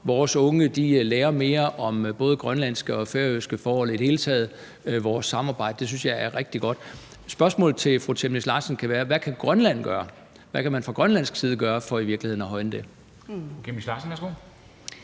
vores unge lærer mere om både grønlandske og færøske forhold og i det hele taget om vores samarbejde. Det synes jeg er rigtig godt. Spørgsmålet til fru Aaja Chemnitz Larsen skal være: Hvad kan Grønland gøre? Hvad kan man fra grønlandsk side gøre for i virkeligheden at højne det?